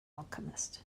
alchemist